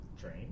Train